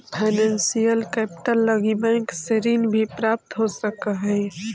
financial capital लगी bank से ऋण भी प्राप्त हो सकऽ हई